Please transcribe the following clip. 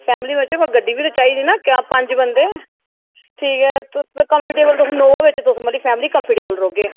family बिच्च कोई गड्डी बी ते चाहिदी न पंज बंदे ठीक ऐ कम्फ़र्टेबल तुस इनोवा बिच्च तुस पूरी फैमिली कम्फ़र्टेबल रौह्गे